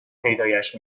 پیدایش